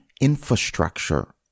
infrastructure